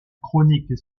chronique